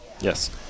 Yes